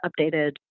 updated